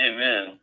Amen